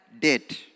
date